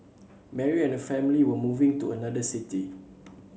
Mary and her family were moving to another city